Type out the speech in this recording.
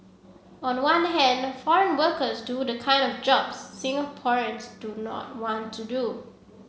on the one hand foreign workers do the kind of jobs Singaporeans do not want to do